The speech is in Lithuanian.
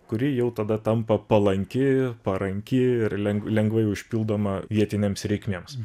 kuri jau tada tampa palanki paranki ir len lengvai užpildoma vietinėms reikmėms